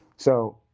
so